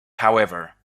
however